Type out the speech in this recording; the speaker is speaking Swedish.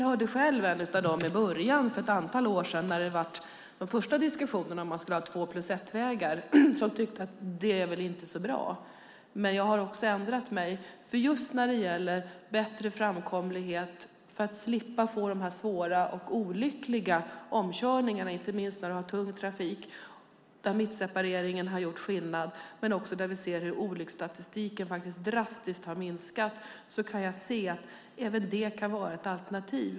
När vi hade de första diskussionerna om två-plus-ett-vägar var jag en av dem som inte tyckte att det var så bra, men jag har ändrat mig. När det gäller bättre framkomlighet för att slippa få olyckliga omkörningar, inte minst med tung trafik, har mittseparering gjort skillnad. Vi kan också se att olycksstatistiken har sjunkit. Jag kan därför se att det kan vara ett alternativ.